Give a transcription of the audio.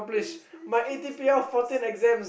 is this just fantasy